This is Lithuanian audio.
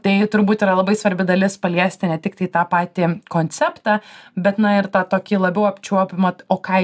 tai turbūt yra labai svarbi dalis paliesti ne tiktai tą patį konceptą bet na ir tą tokį labiau apčiuopiamat o ką